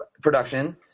production